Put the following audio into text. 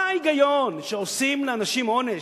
מה ההיגיון שעושים לאנשים עונש?